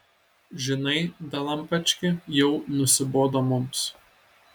žinai dalampački jau nusibodo mums